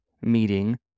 meeting